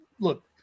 look